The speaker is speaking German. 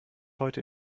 heute